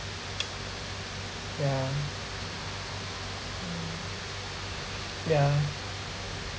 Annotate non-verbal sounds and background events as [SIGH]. [NOISE] yeah mm yeah